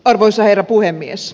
arvoisa herra puhemies